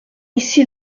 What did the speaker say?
ici